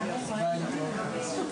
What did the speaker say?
תודה.